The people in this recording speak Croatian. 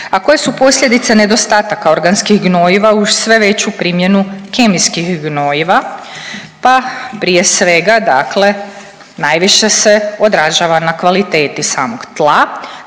A koje su posljedice nedostataka organskih gnojiva uz sve veću primjenu kemijskih gnojiva? Pa prije svega dakle najviše se odražava na kvaliteti samog tla.